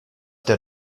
der